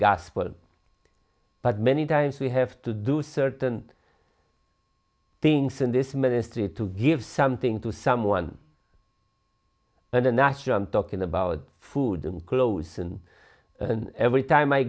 gospel but many times we have to do certain things in this ministry to give something to someone and a natural i'm talking about food and clothes and every time i